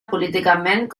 políticament